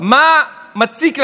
מה מציק לכם?